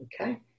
Okay